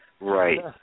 Right